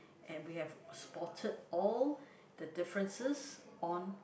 and we have spotted all the differences on